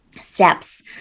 steps